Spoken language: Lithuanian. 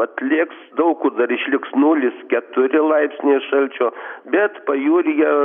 atlėgs daug kur dar išliks nulis keturi laipsniai šalčio bet pajūryje